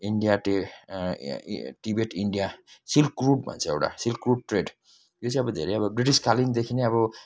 India टे Tibet India silk route भन्छ एउटा सिल्क रूट ट्रेड यो सिल्क रूट अब धेरै अब ब्रिटिसकालीनदेखि नै अब